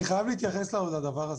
אני חייב להתייחס לדבר הזה.